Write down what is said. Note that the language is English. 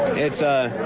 it's